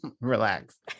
Relax